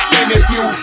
interview